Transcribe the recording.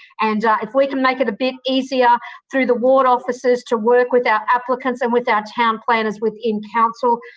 and if we can make it a bit easier through the ward officers to work with our applicants and with our town planners within council,